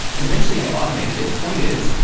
and eventually i automated it. point is,